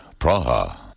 Praha